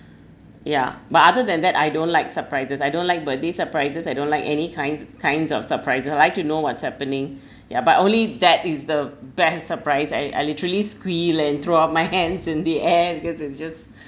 yeah but other than that I don't like surprises I don't like birthday surprises I don't like any kinds kinds of surprises I'd like to know what's happening ya but only that is the best surprise I I literally squeal and throw up my hands in the air because it's just